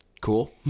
Cool